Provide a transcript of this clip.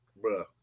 bro